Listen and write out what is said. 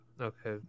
Okay